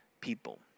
people